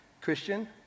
Christian